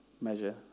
measure